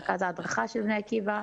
רכז ההדרכה של בני עקיבא,